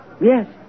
Yes